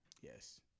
Yes